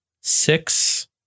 six